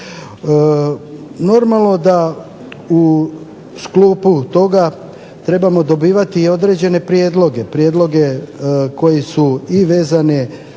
Normalno da u sklopu toga trebamo dobivati i određene prijedloge, prijedloge koji su i vezani